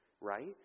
right